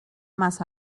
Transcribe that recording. más